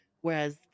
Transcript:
whereas